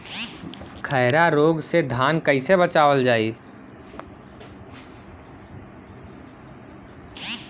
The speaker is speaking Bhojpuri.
खैरा रोग से धान कईसे बचावल जाई?